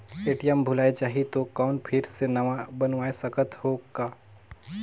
ATM भुलाये जाही तो कौन फिर से नवा बनवाय सकत हो का?